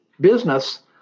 business